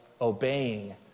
obeying